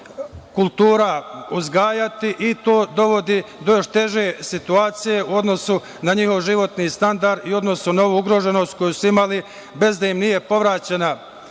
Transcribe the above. kultura uzgajati i to dovodi do još teže situacije u odnosu na njihov životni standard i u odnosu na ovu ugroženost koju su imali bez da im nije povraćena